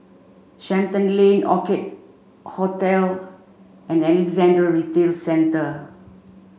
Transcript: Shenton Lane Orchid Hotel and Alexandra Retail Centre